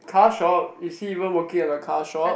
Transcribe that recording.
car shop is he even working at a car shop